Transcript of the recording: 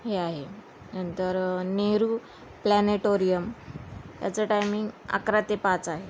हे आहे नंतर नेहरू प्लॅनिटोरियम याचं टायमिंग अकरा ते पाच आहे